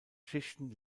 schichten